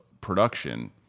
production –